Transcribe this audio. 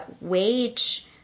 wage